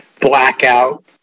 blackout